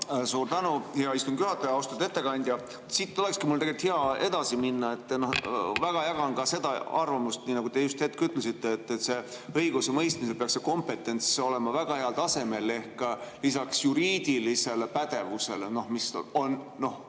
Suur tänu, hea istungi juhataja! Austatud ettekandja! Siit olekski mul tegelikult hea edasi minna. Väga jagan seda arvamust, nii nagu te just ütlesite, et õigusemõistmisel peaks see kompetents olema väga heal tasemel ehk lisaks juriidilisele pädevusele, mis on